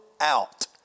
out